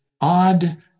odd